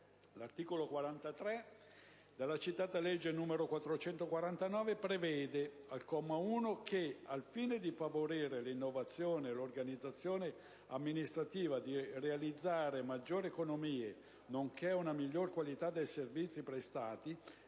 L'articolo 43 della citata legge n. 449 prevede, al comma 1, che, al fine di favorire l'innovazione dell'organizzazione amministrativa e di realizzare maggiori economie, nonché una migliore qualità dei servizi prestati,